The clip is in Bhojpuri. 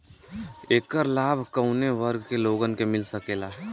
ऐकर लाभ काउने वर्ग के लोगन के मिल सकेला?